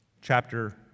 Chapter